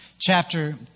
chapter